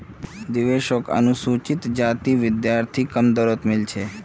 देवेश शोक अनुसूचित जाति विद्यार्थी कम दर तोत मील छे